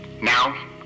Now